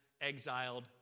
exiled